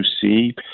see